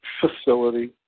facility